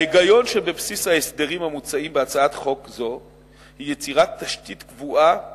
ההיגיון שבבסיס ההסדרים המוצעים בהצעת חוק זו הוא יצירת תשתית קבועה